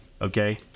okay